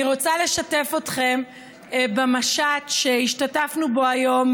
אני רוצה לשתף אתכם במשט שהשתתפנו בו היום,